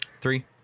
Three